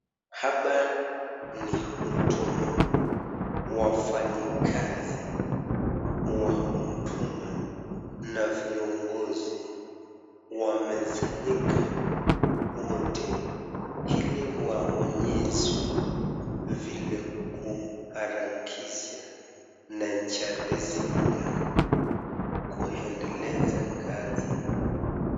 Hapa ni huduma, wafanyikazi wa huduma na viongozi wamesanyika wote ili waonyeshwe vile kuharakisha na njia rahisi ya kuendeleza kazi.